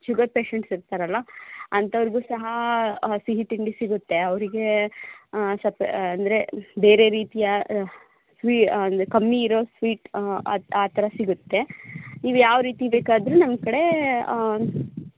sugar patients ಇರ್ತಾರಲ್ಲ ಅಂಥವ್ರಿಗೂ ಸಹ ಸಿಹಿತಿಂಡಿ ಸಿಗುತ್ತೆ ಅವರಿಗೇ ಸಪ್ ಅಂದರೆ ಬೇರೆ ರೀತಿಯ ಸ್ವೀ ಅಂದರೆ ಕಮ್ಮಿ ಇರೋ ಸ್ವೀಟ್ ಅದು ಆ ಥರ ಸಿಗುತ್ತೆ ನೀವು ಯಾವ ರೀತಿ ಬೇಕಾದ್ರೂ ನಮ್ಮ ಕಡೆ